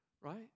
right